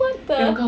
what the